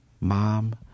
mom